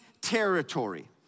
territory